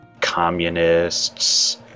communists